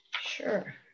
Sure